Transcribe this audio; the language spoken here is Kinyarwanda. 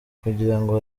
kugirango